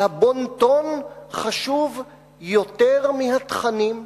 שהבון-טון חשוב יותר מהתכנים?